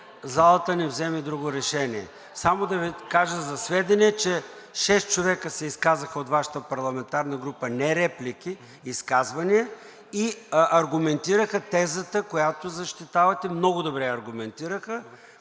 залата не вземе друго решение. Само да Ви кажа за сведение, че шест човека се изказаха от Вашата парламентарна група – не реплики, изказвания, и аргументираха тезата, която защитавате. Много добре я аргументираха.